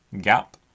gap